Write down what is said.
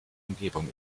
umgebung